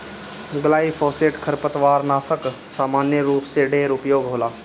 glyphosate खरपतवारनाशक सामान्य रूप से ढेर उपयोग होला